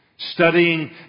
Studying